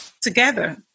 Together